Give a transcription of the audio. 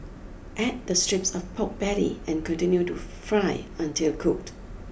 add the strips of pork belly and continue to fry until cooked